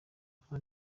kuba